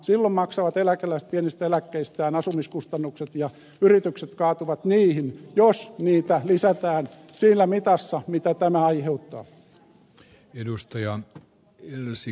silloin maksavat eläkeläiset pienistä eläkkeistään asumiskustannukset ja yritykset kaatuvat niihin jos niitä lisätään siinä mitassa mitä tämä aiheuttaa